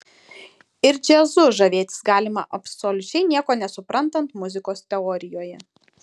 ir džiazu žavėtis galima absoliučiai nieko nesuprantant muzikos teorijoje